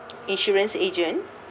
insurance agent